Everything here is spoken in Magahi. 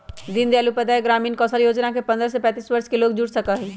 दीन दयाल उपाध्याय ग्रामीण कौशल योजना से पंद्रह से पैतींस वर्ष के लोग जुड़ सका हई